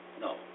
No